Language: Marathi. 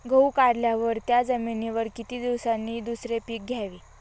गहू काढल्यावर त्या जमिनीवर किती दिवसांनी दुसरे पीक घ्यावे?